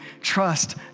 trust